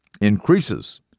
increases